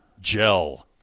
gel